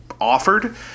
offered